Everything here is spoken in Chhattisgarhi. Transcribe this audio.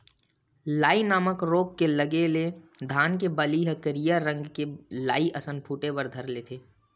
लाई नामक रोग के लगे ले धान के बाली ह करिया रंग के लाई असन फूट बर धर लेथे